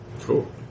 Cool